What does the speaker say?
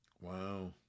wow